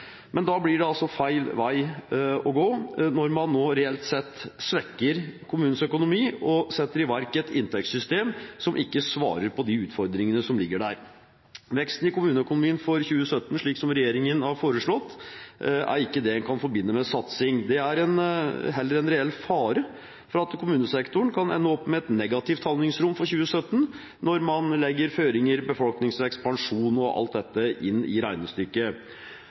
Men da blir det altså feil vei å gå når man nå reelt sett svekker kommunenes økonomi og setter i verk et inntektssystem som ikke svarer til de utfordringene som ligger der. Veksten i kommuneøkonomien for 2017 som regjeringen har foreslått, er ikke det en kan forbinde med satsing. Det er heller en reell fare for at kommunesektoren kan ende opp med et negativt handlingsrom for 2017, når man legger inn føringer som befolkningsvekst, pensjon og alt dette i regnestykket.